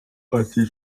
ati